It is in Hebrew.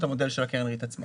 קרן ריט היא